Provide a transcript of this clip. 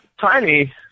Tiny